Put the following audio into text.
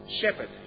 shepherd